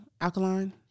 alkaline